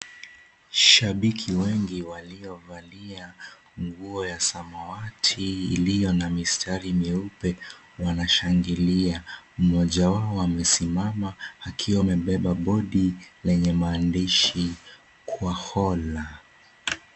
Shabiki wengi waliovalia nguo ya samawati iliyo na mistari meupe wanashangilia mmoja wao amesimama akiwa amebeba boardi lenye maandishi kwa hola.